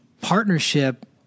partnership